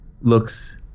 Looks